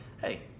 hey